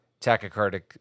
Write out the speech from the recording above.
tachycardic